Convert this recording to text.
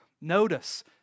Notice